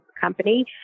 company